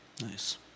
Nice